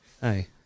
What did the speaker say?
hey